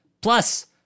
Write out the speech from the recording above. Plus